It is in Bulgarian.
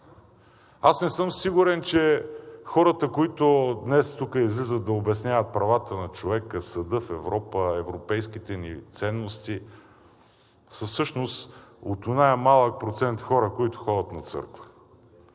аз не съм сигурен, че хората, които днес тук излизат да обясняват правата на човека, Съда в Европа, европейските ни ценности, са всъщност от оня малък процент хора, които ходят на църква.